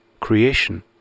creation